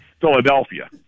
Philadelphia